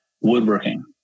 woodworking